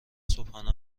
صبحانه